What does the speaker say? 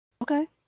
Okay